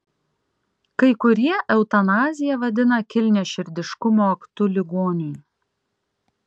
kai kurie eutanaziją vadina kilniaširdiškumo aktu ligoniui